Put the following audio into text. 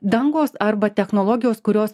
dangos arba technologijos kurios